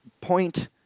point